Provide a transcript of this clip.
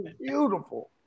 beautiful